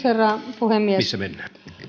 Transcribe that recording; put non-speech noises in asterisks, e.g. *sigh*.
*unintelligible* herra puhemies